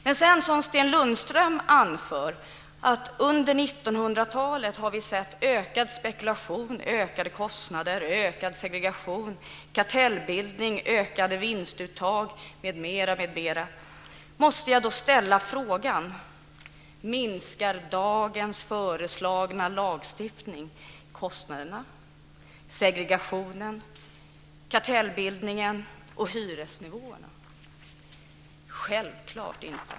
Men eftersom Sten Lundström anför att vi under 1900-talet har sett ökad spekulation, höjda kostnader, större segregation, kartellbildning, ökade vinstuttag m.m. måste jag ställa frågan: Minskar dagens föreslagna lagstiftning kostnaderna, segregationen, kartellbildningen och hyresnivåerna? Självklart inte.